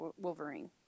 Wolverine